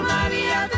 Maria